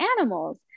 animals